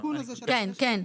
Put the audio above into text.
כן, כן.